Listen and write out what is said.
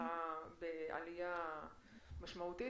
במשפחה בעלייה משמעותית,